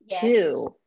Two